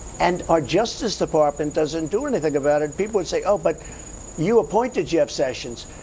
and our justice department doesn't do anything about it, people would say, oh, but you appointed jeff sessions,